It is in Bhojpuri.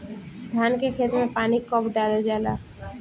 धान के खेत मे पानी कब डालल जा ला?